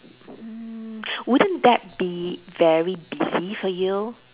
mm wouldn't that be very busy for you